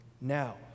Now